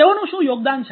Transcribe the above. તેઓનું શું યોગદાન છે